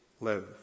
live